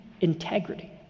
integrity